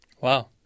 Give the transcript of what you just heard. Wow